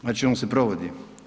Znači on se provodi.